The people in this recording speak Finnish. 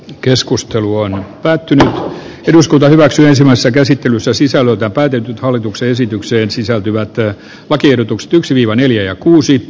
keskustelu on päättynyt jo eduskunta hyväksyy samassa käsittelyssä sisällöltä päätynyt hallituksen esitykseen sisältyvät eivät lakiehdotukset yksiviivaneljä kuusi p